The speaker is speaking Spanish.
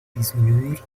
disminuir